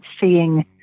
seeing